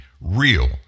real